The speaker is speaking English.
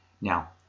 Now